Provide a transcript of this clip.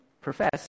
profess